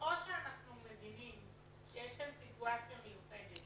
או שאנחנו מבינים שיש פה סיטואציה מיוחדת